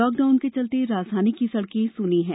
lockdown के चलते राजधानी की सड़कें सूनी हैं